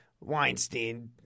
Weinstein